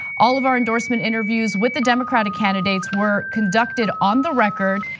all of our endorsement interviews with the democratic candidates were conducted on the record.